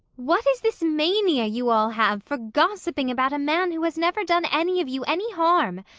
what is this mania you all have for gossiping about a man who has never done any of you any harm?